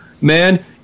Man